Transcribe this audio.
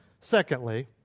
Secondly